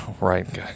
Right